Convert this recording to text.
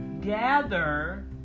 gather